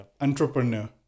entrepreneur